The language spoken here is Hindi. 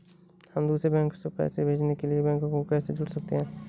हम दूसरे बैंक को पैसे भेजने के लिए बैंक को कैसे जोड़ सकते हैं?